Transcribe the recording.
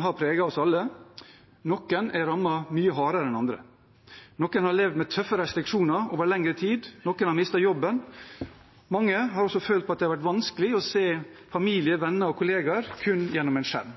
har preget oss alle, men noen er rammet mye hardere enn andre. Noen har levd med tøffe restriksjoner over lengre tid, og noen har mistet jobben. Mange har følt på at det har vært vanskelig å se familie, venner og kollegaer kun på en skjerm.